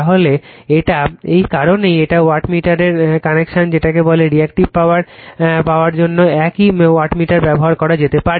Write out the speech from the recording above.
তাহলে এটা এই কারণেই এটা ওয়াটমিটার এর কানেকশন যেটাকে বলে রিএক্টিভ পাওয়ার পাওয়ার জন্য একই ওয়াটমিটার ব্যবহার করা যেতে পারে